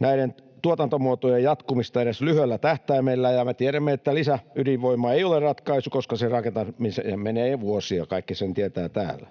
näiden tuotantomuotojen jatkumista edes lyhyellä tähtäimellä, ja me tiedämme, että lisäydinvoima ei ole ratkaisu, koska sen rakentamiseen menee vuosia — kaikki sen tietävät täällä.